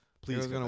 Please